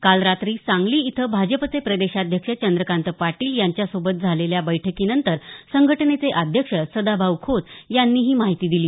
काल रात्री सांगली इथं भाजपचे प्रदेशाध्यक्ष चंद्रकांत पाटील यांच्या सोबत झालेल्या बैठकीनंतर संघटनेचे अध्यक्ष सदाभाऊ खोत यांनी ही माहिती दिली